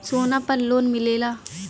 सोना पर लोन मिलेला?